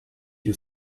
you